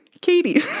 Katie